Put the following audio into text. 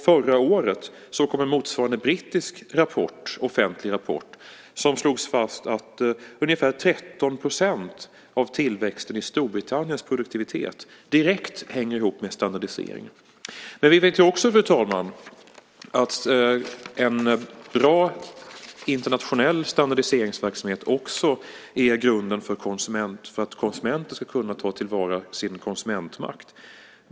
Förra året kom en motsvarande offentlig brittisk rapport som slog fast att ungefär 13 % av tillväxten i Storbritanniens produktivitet direkt hänger ihop med standardiseringen. Fru talman! Vi vet också att en bra internationell standardiseringsverksamhet är grunden för att konsumenten ska kunna ta till vara sin konsumentmakt.